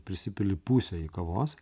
prisipili pusę jį kavos